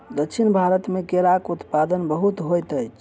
दक्षिण भारत मे केराक उत्पादन बहुत होइत अछि